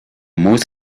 most